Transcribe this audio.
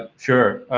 ah sure,